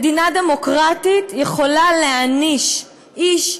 מדינה דמוקרטית יכולה להעניש איש,